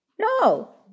No